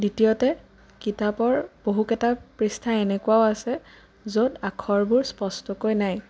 দ্বিতীয়তে কিতাপৰ বহুকেটা পৃষ্ঠা এনেকুৱাও আছে য'ত আখৰবোৰ স্পষ্টকৈ নাই